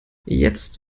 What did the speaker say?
jetzt